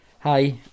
Hi